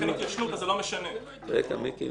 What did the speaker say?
זה בראייתנו אחת